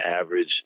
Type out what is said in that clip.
average